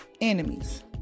enemies